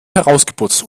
herausgeputzt